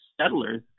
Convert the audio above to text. settlers